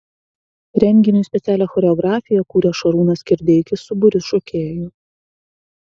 renginiui specialią choreografiją kūrė šarūnas kirdeikis su būriu šokėjų